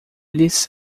lhes